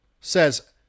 says